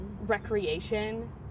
Recreation